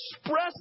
express